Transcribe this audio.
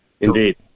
indeed